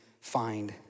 find